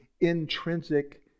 intrinsic